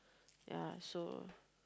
ya so